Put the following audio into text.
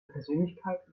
persönlichkeit